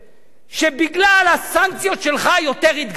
שבגלל הסנקציות שלך יותר יתגייסו?